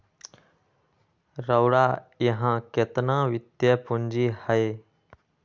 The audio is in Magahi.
रउरा इहा केतना वित्तीय पूजी हए